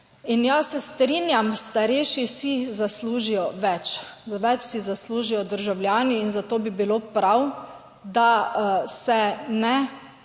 In jaz se strinjam, starejši si zaslužijo več, več si zaslužijo državljani in zato bi bilo prav, da se ne